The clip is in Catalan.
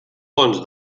bons